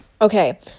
okay